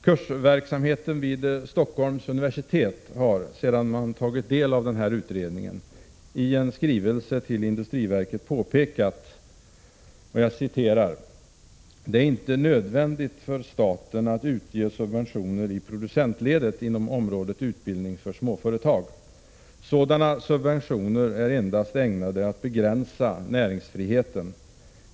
Kursverksamheten vid Stockholms universitet har, sedan man tagit del av den här utredningen, i en skrivelse till industriverket påpekat följande: ”Det är inte nödvändigt för staten att utge subventioner i producentledet inom området utbildning för småföretag. Sådana subventioner är endast ägnade att begränsa näringsfriheten.